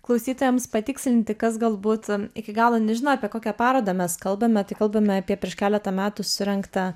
klausytojams patikslinti kas galbūt iki galo nežino apie kokią parodą mes kalbame kai kalbame apie prieš keletą metų surengtą